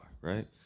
right